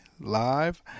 live